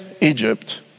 Egypt